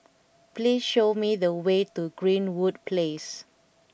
please show me the way to Greenwood Place